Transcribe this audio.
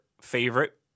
favorite